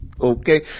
Okay